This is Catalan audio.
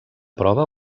prova